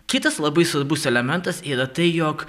kitas labai svarbus elementas yra tai jog